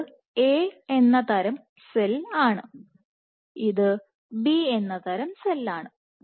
ഇത് A എന്ന തരം സെൽ ആണ് ഇത് B എന്ന തരം സെൽ ആണ്